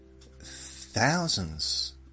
thousands